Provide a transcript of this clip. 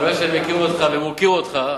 מכיוון שאני מכיר אותך ומוקיר אותך,